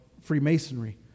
Freemasonry